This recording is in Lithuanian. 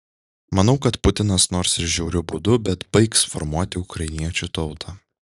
manau kad putinas nors ir žiauriu būdu bet baigs formuoti ukrainiečių tautą